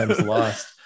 lost